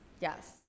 yes